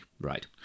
Right